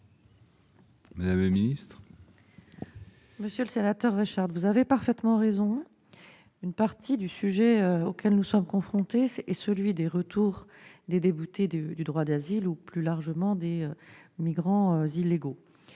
de réforme ? Monsieur le sénateur Reichardt, vous avez parfaitement raison : une partie du sujet auquel nous sommes confrontés est celui des retours des déboutés du droit d'asile ou, plus largement, des migrants illégaux.